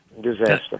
Disaster